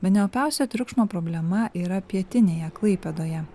bene opiausia triukšmo problema yra pietinėje klaipėdoje